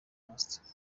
master